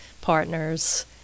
partners